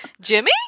Jimmy